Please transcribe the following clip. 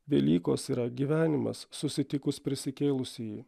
velykos yra gyvenimas susitikus prisikėlusįjį